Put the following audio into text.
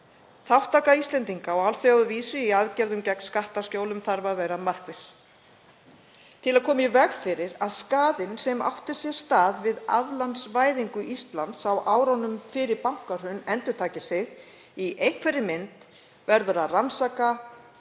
Þátttaka Íslendinga á alþjóðavísu í aðgerðum gegn skattaskjólum þarf að vera markviss. Til að koma í veg fyrir að skaðinn sem átti sér stað við aflandsvæðingu Íslands á árunum fyrir bankahrun endurtaki sig í einhverri mynd verður að rannsaka,